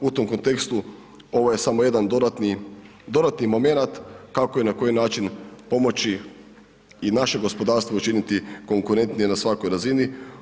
U tom kontekstu ovo je samo jedan dodatni, dodatni momenat kako i na koji način pomoći i naše gospodarstvo učiniti konkurentnije na svakoj razini.